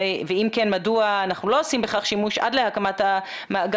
ואם כן מדוע אנחנו לא עושים בכך שימוש עד להקמת המאגר,